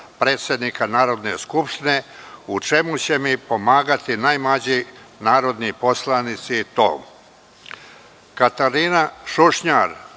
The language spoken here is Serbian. predsednika Narodne skupštine, u čemu će mi pomagati najmlađi narodni poslanici i to: Katarina Šušnjar,